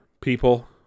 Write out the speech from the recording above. people